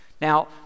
Now